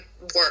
work